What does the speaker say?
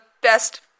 best